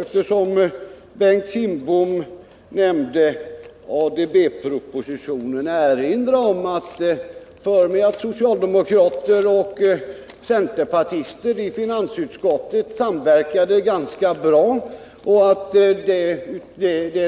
Eftersom Bengt Kindbom nämnde ADB-propositionen vill jag också erinra om att socialdemokrater och centerpartister i finansutskottet samverkade ganska bra och att det var